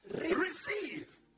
Receive